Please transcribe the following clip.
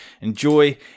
enjoy